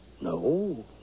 No